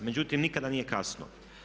Međutim, nikada nije kasno.